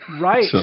Right